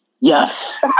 Yes